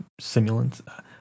simulants